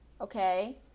okay